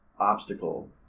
obstacle